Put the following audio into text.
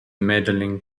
medaling